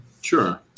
Sure